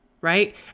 right